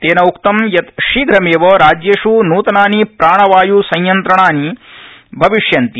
तेन उक्तं यत् शीघ्रमेव राज्येष् नूतनानि प्राणवाय् संयन्त्राणि भविष्यन्ति